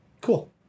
Cool